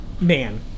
Man